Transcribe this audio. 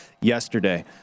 yesterday